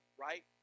right